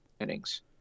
innings